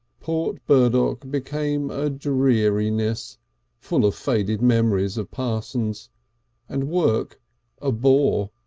port burdock became a dreariness full of faded memories of parsons and work a bore.